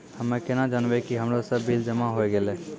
हम्मे केना जानबै कि हमरो सब बिल जमा होय गैलै?